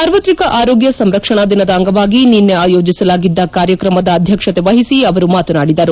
ಸಾರ್ವತ್ರಿಕ ಆರೋಗ್ಯ ಸಂರಕ್ಷಣಾ ದಿನದ ಅಂಗವಾಗಿ ನಿನ್ನೆ ಆಯೋಜಿಸಲಾಗಿದ್ದ ಕಾರ್ಯಕ್ರಮದ ಅಧ್ಯಕ್ಷತೆ ವಹಿಸಿ ಅವರು ಮಾತನಾಡಿದರು